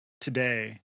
today